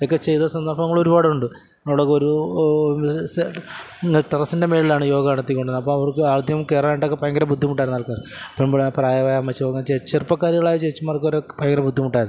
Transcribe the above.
ഒക്കെ ചെയ്ത സന്ദര്ഭങ്ങൾ ഒരുപാടുണ്ട് അവിടെയൊക്കെ ഒരു ഒരു ടെറസിന്റെ മേളിലാണ് യോഗ നടത്തിക്കൊണ്ടിരുന്നത് അപ്പം അവര്ക്കും ആദ്യം കയറാനായിട്ട് ഒക്കെ ഭയങ്കര ബുദ്ധിമുട്ടായിരുന്നു ആൾക്കാർക്ക് പെൺപിള്ളേർ പ്രായമായ അമ്മച്ചിമാര്ക്കും ചെറുപ്പക്കാരികളായ ചേച്ചിമാര്ക്ക് വരെ ഭയങ്കര ബുദ്ധിമുട്ടായിരുന്നു